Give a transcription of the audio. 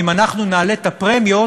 אם אנחנו נעלה את הפרמיות,